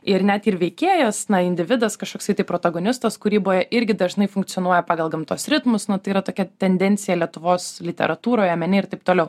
ir net ir veikėjas individas kažkoksai tai protagonistas kūryboje irgi dažnai funkcionuoja pagal gamtos ritmus o tai yra tokia tendencija lietuvos literatūroje mene ir taip toliau